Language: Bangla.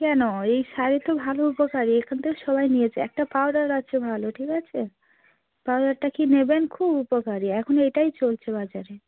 কেন এই সারই তো ভালো উপকারী এখান থেকে সবাই নিয়েছে একটা পাউডার আছে ভালো ঠিক আছে পাউডারটা কি নেবেন খুব উপকারী এখন এটাই চলছে বাজারে